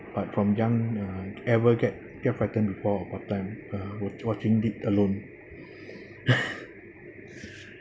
but from young uh never get get frightened before one time uh was watching alone